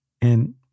And-